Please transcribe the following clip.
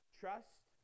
trust